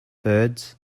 birds